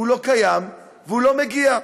הוא לא קיים והוא לא מגיע.